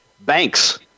banks